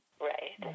Right